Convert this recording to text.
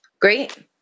Great